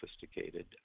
sophisticated